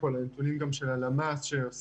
אני יכול לעשות הרבה דברים טובים עם מידע שכרגע לא